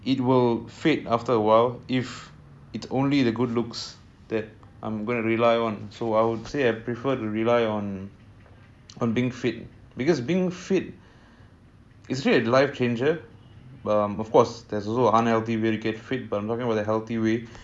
it will fade after a while if it's only the good looks that I'm gonna rely on so I would say I prefer to rely on being fit because being fit it's really a life changer but of course there's a lot of unhealthy ways to get fit but talking about the healthy way